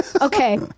okay